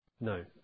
No